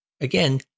again